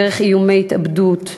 דרך איומי התאבדות,